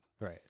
right